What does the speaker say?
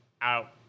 out